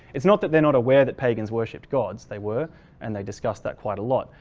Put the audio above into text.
it's not that they're not aware that pagans worshipped gods. they were and they discussed that quite a lot.